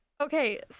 okay